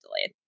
delayed